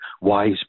wise